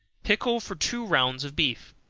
pickle for two rounds of beef.